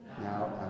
now